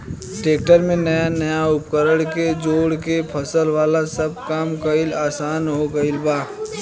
tractor में नया नया उपकरण के जोड़ के फसल वाला सब काम कईल आसान हो गईल बा